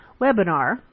webinar